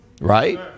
Right